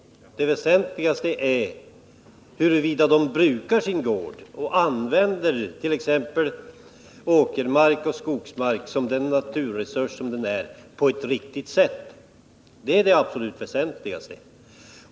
Det väsentligaste är huruvida de brukar sin gård och använder t.ex. åkermark och skogsmark — de naturresurser det gäller — på ett riktigt sätt.